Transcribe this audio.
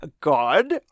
God